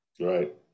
right